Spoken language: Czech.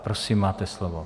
Prosím, máte slovo.